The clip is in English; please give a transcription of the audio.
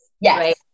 Yes